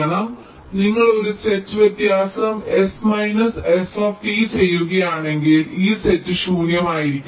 അതിനാൽ നിങ്ങൾ ഒരു സെറ്റ് വ്യത്യാസം S മൈനസ് Sചെയ്യുകയാണെങ്കിൽ ഈ സെറ്റ് ശൂന്യമായിരിക്കണം